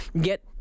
get